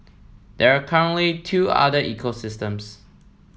there are currently two other ecosystems